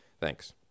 Thanks